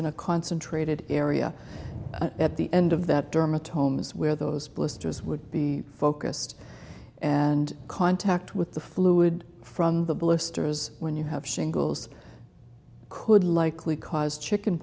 in a concentrated area at the end of that derma tomas where those blisters would be focused and contact with the fluid from the blisters when you have shingles could likely cause chicken